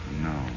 No